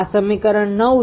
આ સમીકરણ 9 છે